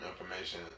information